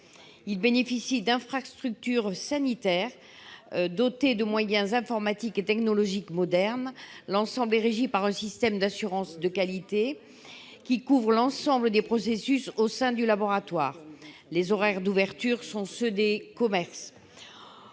Ils bénéficient d'infrastructures sanitaires, dotées de moyens informatiques et technologiques modernes. L'ensemble est régi par un système d'assurance qualité couvrant l'ensemble des processus au sein du laboratoire. Les horaires d'ouverture sont ceux des commerces.